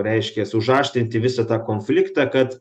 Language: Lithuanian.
reiškias užaštrinti visą tą konfliktą kad